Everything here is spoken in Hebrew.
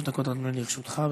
שלוש דקות, אדוני, לרשותך.